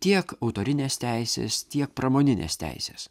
tiek autorinės teisės tiek pramoninės teisės